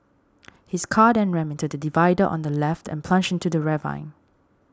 his car then rammed the divider on the left and plunged into the ravine